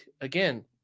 again